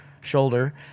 shoulder